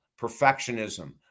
perfectionism